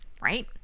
right